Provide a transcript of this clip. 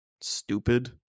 stupid